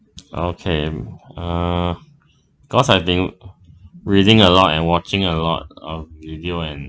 okay uh cause I've been reading a lot and watching a lot of video and